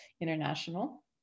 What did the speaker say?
International